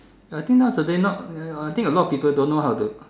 I think nowadays not uh I think a lot of people don't know how to